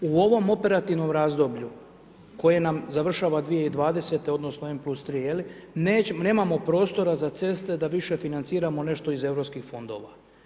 U ovom operativnom razdoblju koje nam završava 2020. odnosno n+3 je li nemamo prostora za ceste da više financirano nešto iz europskih fondova.